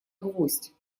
гвоздь